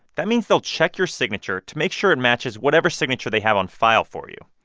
that means they'll check your signature to make sure it matches whatever signature they have on file for you,